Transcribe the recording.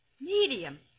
Medium